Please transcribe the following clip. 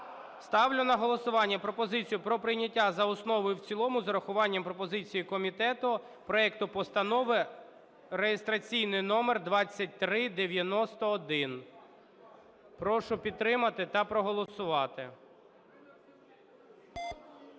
Ставлю на голосування пропозицію про прийняття за основу і в цілому з урахуванням пропозицій комітету проект Постанови (реєстраційний номер 2391). Прошу підтримати та проголосувати.